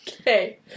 Okay